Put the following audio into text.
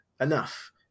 Enough